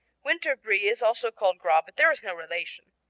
winter brie is also called gras but there is no relation.